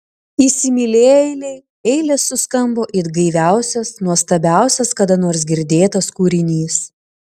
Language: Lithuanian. įsimylėjėlei eilės suskambo it gaiviausias nuostabiausias kada nors girdėtas kūrinys